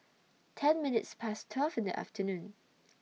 ten minutes Past twelve in The afternoon